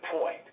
point